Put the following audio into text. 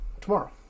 tomorrow